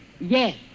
Yes